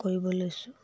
কৰিব লৈছোঁ